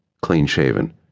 clean-shaven